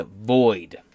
void